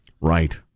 Right